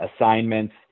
assignments